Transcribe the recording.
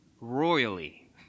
royally